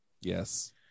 Yes